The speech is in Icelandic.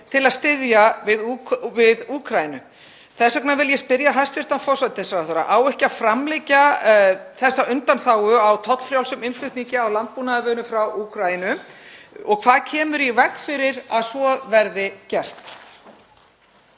til að styðja við Úkraínu. Þess vegna vil ég spyrja hæstv. forsætisráðherra: Á ekki að framlengja þessa undanþágu fyrir tollfrjálsan innflutning á landbúnaðarvörum frá Úkraínu og hvað kemur í veg fyrir að svo verði gert?